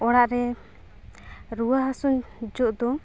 ᱚᱲᱟᱜ ᱨᱮ ᱨᱩᱣᱟᱹ ᱦᱟᱹᱥᱩ ᱡᱚᱠᱷᱚᱱ ᱫᱚ